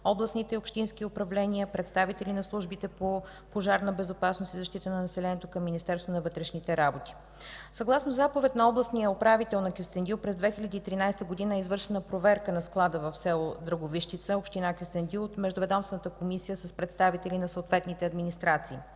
областните и общински управления, представители на службите по „Пожарна безопасност и защита на населението” към Министерството на вътрешните работи. Съгласно заповед на областния управител на Кюстендил през 2013 г. е извършена проверка на склада в село Драговищица, община Кюстендил от междуведомствената комисия с представители на съответните администрации.